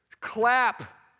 Clap